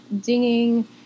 dinging